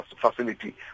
facility